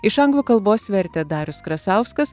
iš anglų kalbos vertė darius krasauskas